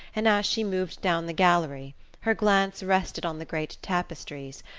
and as she moved down the gallery her glance rested on the great tapestries,